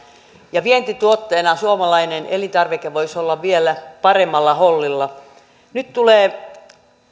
ja vientituotteena suomalainen elintarvike voisi olla vielä paremmalla hollilla nyt tulee